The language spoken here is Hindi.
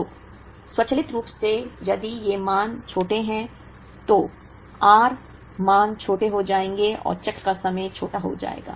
तो स्वचालित रूप से यदि ये मान छोटे हैं तो r मान छोटे हो जाएंगे और चक्र का समय छोटा हो जाएगा